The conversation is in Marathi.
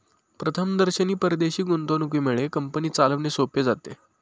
प्रथमदर्शनी परदेशी गुंतवणुकीमुळे कंपनी चालवणे सोपे जाते